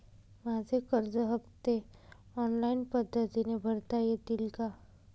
माझे कर्ज हफ्ते ऑनलाईन पद्धतीने भरता येतील का?